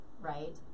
right